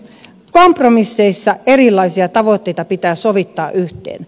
kompromisseissa erilaisia tavoitteita pitää sovittaa yhteen